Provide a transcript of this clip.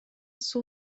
суу